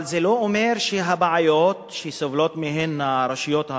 אבל זה לא אומר שהבעיות שסובלות מהן הרשויות,